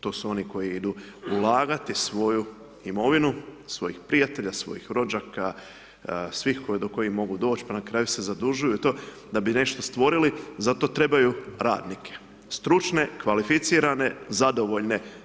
To su oni koji idu ulagati svoju imovinu, svojih prijatelja, svojih rođaka svih do kojih mogu doći, pa na kraju se zadužuju i to da bi nešto stvorili zato trebaju radnike, stručne, kvalificirane, zadovoljne.